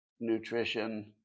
nutrition